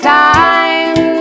time